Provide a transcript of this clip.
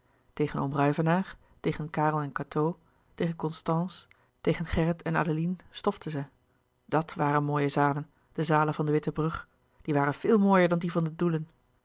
tegen oom ruyvenaer tegen karel en cateau tegen constance tegen gerrit en adeline stofte zij dàt waren mooie zalen de zalen van de witte brug die waren veel mooier dan die van de doelen